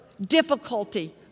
difficulty